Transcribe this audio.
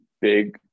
big